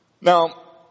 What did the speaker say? Now